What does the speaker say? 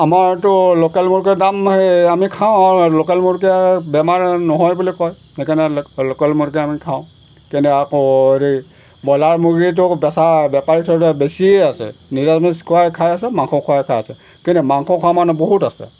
আমাৰতো লোকেল মুৰ্গীৰ দাম সেই আমি খাওঁ আৰু লোকেল মুৰ্গীয়ে বেমাৰ নহয় বুলি কয় সেইকাৰণে লোকেল মুৰ্গী আমি খাওঁ কেনে আকৌ হেৰি ব্ৰইলাৰ মুৰ্গীটো বেছা বেপাৰী ধৰি লোৱা বেছিয়ে আছে নিৰামিষ খুৱাই খাই আছে মাংস খুৱাই খাই আছে কিন্তু মাংস খোৱা মানুহ বহুত আছে